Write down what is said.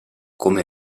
come